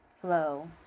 flow